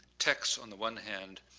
text on the one hand,